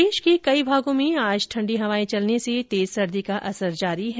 प्रदेश के कई भागों में ठंडी हवाएं चलने से तेज सर्दी का असर जारी है